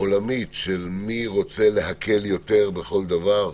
עולמית של מי רוצה להקל יותר בכל דבר.